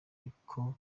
ariko